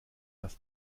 das